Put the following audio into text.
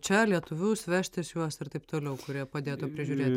čia lietuvius vežtis juos ir taip toliau kurie padėtų prižiūrėt